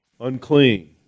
unclean